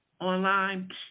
Online